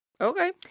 Okay